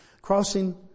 crossing